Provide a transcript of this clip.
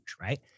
right